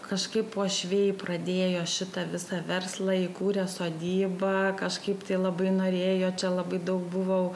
kažkaip uošviai pradėjo šitą visą verslą įkūrė sodybą kažkaip tai labai norėjo čia labai daug buvo